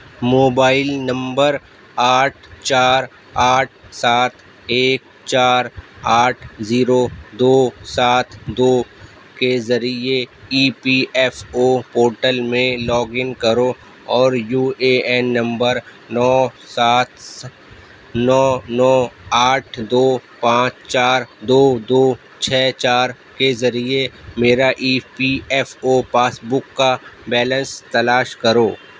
mobile number آٹھ چار آٹھ سات ایک چار آٹھ زیرو دو سات دو کے ذریعے E P F O portal میں لاگ ان کرو اور یو اے این نمبر نو سات نو نو آٹھ دو پانچ چار دو دو چھ چار کے ذریعے میرا E P F O passbook کا بیلنس تلاش کرو